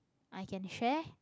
I can share